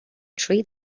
tree